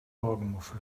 morgenmuffel